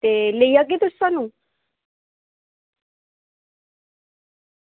ते लेई जाह्गे तुस स्हानू